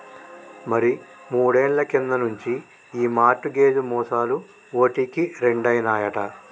మరి మూడేళ్ల కింది నుంచి ఈ మార్ట్ గేజ్ మోసాలు ఓటికి రెండైనాయట